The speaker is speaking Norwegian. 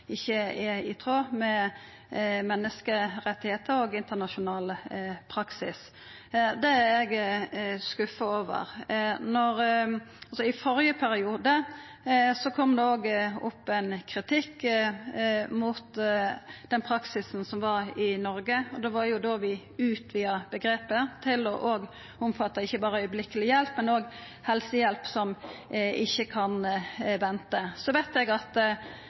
ikkje er i tråd med menneskerettar og internasjonal praksis. Det er eg skuffa over. I førre periode kom det òg opp ein kritikk mot den praksisen som var i Noreg, og det var da vi utvida omgrepet til ikkje berre å omfatta akutt hjelp, men òg helsehjelp som ikkje kan venta. Så veit eg at